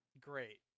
Great